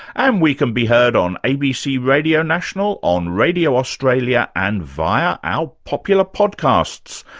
and we can be heard on abc radio national on radio australia and via our popular, podcasts.